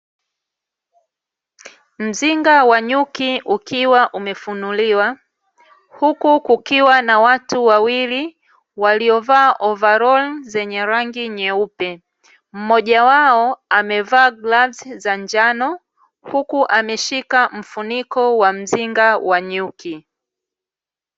Mzinga wa nyuki ukiwa umefunuliwa, huku kukiwa na watu wawili waliovaa ovaroli zenye rangi nyeupe. Mmoja wao amevaa glavzi za njao huku ameshika mfuniko wa mzinga wa nyuki.